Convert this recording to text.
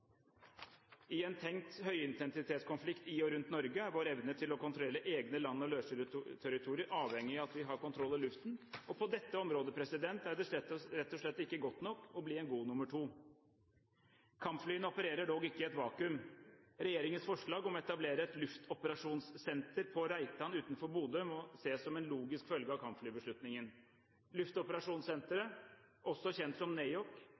I en tenkt høyintensitetskonflikt i og rundt Norge er vår evne til å kontrollere egne land- og sjøterritorier avhengig av at vi har kontroll i luften. På dette området er det rett og slett ikke nok å bli en god nummer to. Kampflyene opererer dog ikke i et vakuum. Regjeringens forslag om å etablere et luftoperasjonssenter på Reitan utenfor Bodø må ses som en logisk følge av kampflybeslutningen. Luftoperasjonssenteret – også kjent som